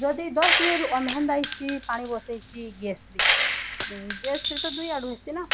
ଯଦି ଦଶ ଯାଇଛିି ପାଣି ବସାଇଛି ଗ୍ୟାସ୍ରେ ଗ୍ୟାସ୍ରେ ତ ଦୁଇ ଆଡ଼ୁ ହେସି ନା